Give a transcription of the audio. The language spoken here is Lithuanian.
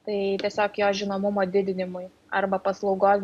tai tiesiog jo žinomumo didinimui arba paslaugos